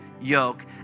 yoke